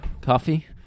Coffee